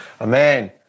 Amen